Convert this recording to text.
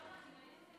א.